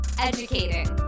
educating